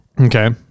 okay